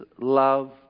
love